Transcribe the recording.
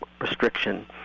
restriction